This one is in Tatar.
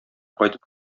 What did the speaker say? кайтып